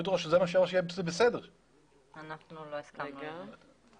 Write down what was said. אנחנו לא הסכמנו לזה.